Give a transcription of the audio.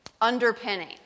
underpinning